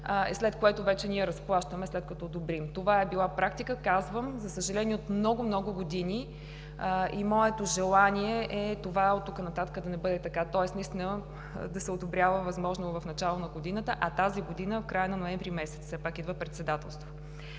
след което вече ние разплащаме, след като одобрим. Казвам, това е била практика, за съжаление, от много, много години. Моето желание е това оттук нататък да не бъде така. Тоест да се одобрява възможно в началото на годината, а тази година – в края на ноември месец. Все пак идва председателство.